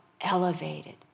elevated